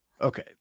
Okay